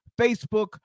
Facebook